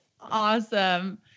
Awesome